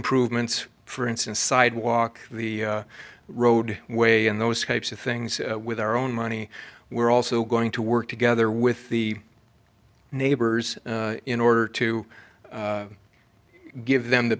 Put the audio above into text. improvements for instance sidewalk the road way and those types of things with our own money we're also going to work together with the neighbors in order to give them the